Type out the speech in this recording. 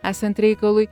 esant reikalui